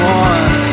one